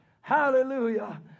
Hallelujah